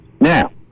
Now